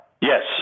Yes